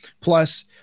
Plus